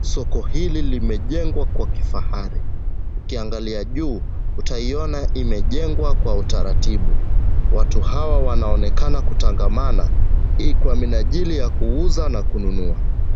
Soko hili limejengwa kwa kifahari ukiangalia juu utaiona imejengwa kwa utaratibu. Watu hawa wanaonekana kutangamana kwa minajili ya kuuza na kununua.